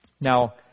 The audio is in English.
Now